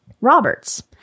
Robert's